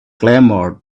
clamored